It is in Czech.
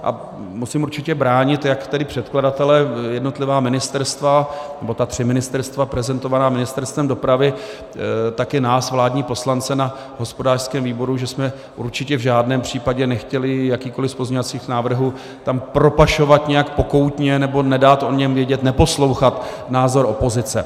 A musím určitě bránit jak tady předkladatele, jednotlivá ministerstva, ta tři ministerstva prezentovaná Ministerstvem dopravy, tak i nás vládní poslance na hospodářském výboru, že jsme určitě v žádném případě nechtěli jakýkoli z pozměňovacích návrhů tam propašovat nějak pokoutně nebo nedat o něm vědět, neposlouchat názor opozice.